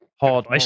Hard